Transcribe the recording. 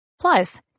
Plus